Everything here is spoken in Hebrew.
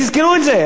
תזכרו את זה,